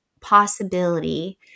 possibility